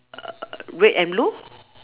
err red and blue